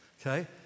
okay